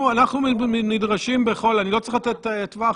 אני לא צריך לתת טווח.